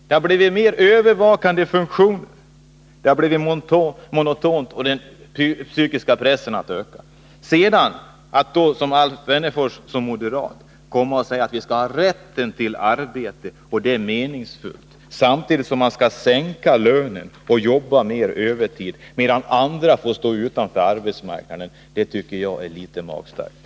Det har blivit mer övervakande funktioner, det har blivit monotont och den psykiska pressen har ökat. Att sedan komma och säga — som den moderate Alf Wennerfors gör — att vi skall ha rätt till arbete, och meningsfullt arbete, samtidigt som lönerna skall sänkas och övertiden ökas, medan andra får stå utanför arbetsmarknaden, det tycker jag är litet magstarkt.